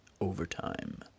overtime